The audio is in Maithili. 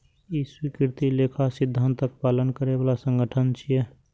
ई स्वीकृत लेखा सिद्धांतक पालन करै बला संगठन छियै